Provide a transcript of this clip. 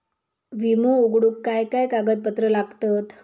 विमो उघडूक काय काय कागदपत्र लागतत?